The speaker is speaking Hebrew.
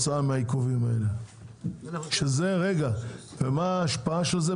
כתוצאה מהעיכובים האלה ומה ההשפעה של זה,